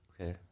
Okay